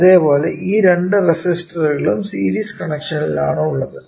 അതെ പോലെ ഈ രണ്ടു റെസിസ്റ്ററുകളും സീരീസ് കണക്ഷനിൽ ആണ് ഉള്ളത്